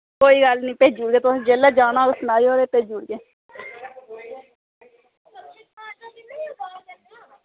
कोई गल्ल निं भेजी ओड़गे जेल्लै तुसें जाना होग भेजी ओड़गे